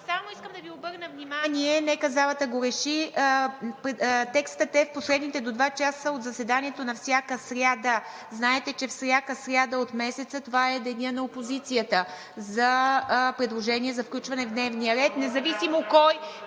Само искам да Ви обърна внимание, нека залата го реши – текстът е: „в последните до два часа от заседанието на всяка сряда“. Знаете, че всяка сряда от месеца е денят на опозицията за предложения за включване в дневния ред, независимо на